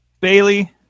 Bailey